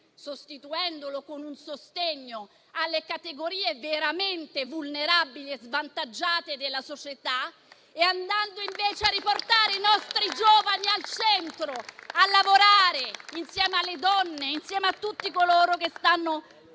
sostituita con un sostegno alle categorie veramente vulnerabili e svantaggiate della società, andando invece a riportare i nostri giovani al centro, a lavorare insieme alle donne e a tutti coloro che stanno partecipando